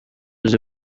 uzi